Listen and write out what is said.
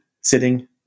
sitting